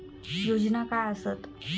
योजना काय आसत?